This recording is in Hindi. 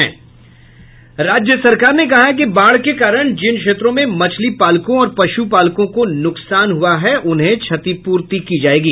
राज्य सरकार ने कहा है कि बाढ़ के कारण जिन क्षेत्रों में मछली पालकों और पश्पपालकों को नुकसान है उन्हें क्षतिपूर्ति की जायेगी